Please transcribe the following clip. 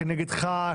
כנגד ח"כ,